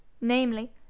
namely